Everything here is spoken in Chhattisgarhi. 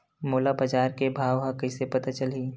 मोला बजार के भाव ह कइसे पता चलही?